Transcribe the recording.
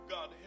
God